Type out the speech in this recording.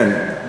כן,